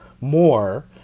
more